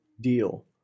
deal